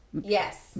Yes